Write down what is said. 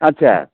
अच्छा